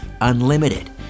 UNLIMITED